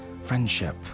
friendship